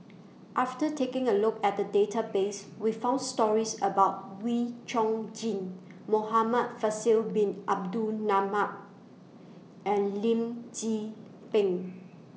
after taking A Look At The Database We found stories about Wee Chong Jin Muhamad Faisal Bin Abdul Manap and Lim Tze Peng